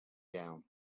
down